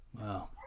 Wow